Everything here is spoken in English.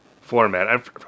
format